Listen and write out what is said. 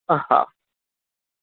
હા